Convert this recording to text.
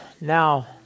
Now